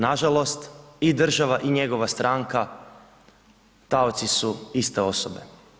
Nažalost i država i njegova stranka taoci su iste osobe.